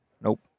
Nope